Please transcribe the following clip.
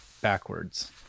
backwards